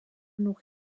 noch